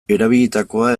erabilitakoa